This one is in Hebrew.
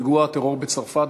פיגוע הטרור בצרפת?